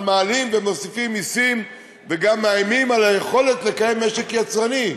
אבל מעלים ומוסיפים מסים וגם מאיימים על היכולת לקיים משק יצרני.